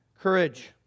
courage